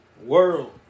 World